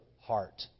heart